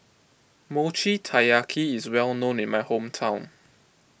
Mochi Taiyaki is well known in my hometown